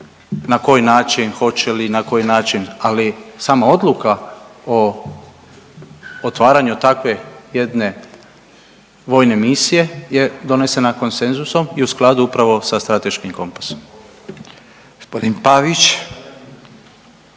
na koji način hoće li i na koji način, ali sama odluka o otvaranju takve jedne vojne misija je donesena konsenzusom i u skladu upravo sa Strateškim kompasom. **Radin,